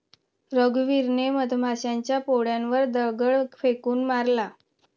रघुवीरने मधमाशांच्या पोळ्यावर दगड फेकून मारला